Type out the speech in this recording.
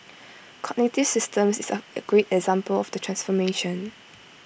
cognitive systems is A great example of the transformation